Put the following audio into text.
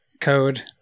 code